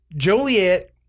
Joliet